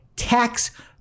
Tax